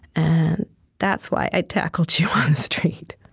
and that's why i tackled you on the street.